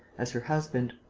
as her husband.